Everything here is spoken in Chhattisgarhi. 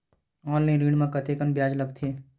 ऑनलाइन ऋण म कतेकन ब्याज लगथे?